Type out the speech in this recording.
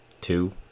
two